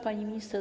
Pani Minister!